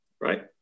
Right